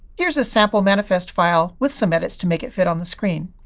here's a sample manifest file with some edits to make it fit on the screen.